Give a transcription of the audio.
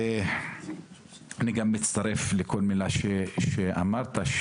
אני גם מצטרף לכל מילה שאמרת,